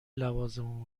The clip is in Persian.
لوازم